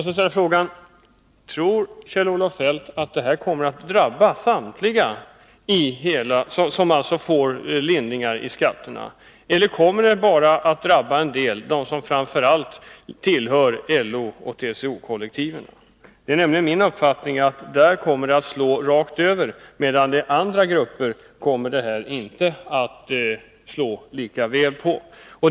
Tror Kjell-Olof Feldt att detta kommer att drabba samtliga som får lindringar i skatterna eller kommer det att drabba framför allt dem som tillhör LO och TCO-kollektiven? Det är nämligen min uppfattning att där kommer en sådan här metod att slå rakt över, medan andra grupper inte kommer att beröras på samma sätt.